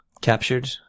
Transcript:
Captured